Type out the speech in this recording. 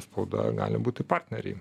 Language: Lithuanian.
spauda gali būti partneriai